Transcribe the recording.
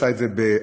עשה את זה באכזריות